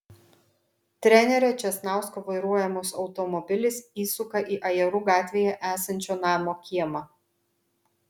trenerio česnausko vairuojamas automobilis įsuka į ajerų gatvėje esančio namo kiemą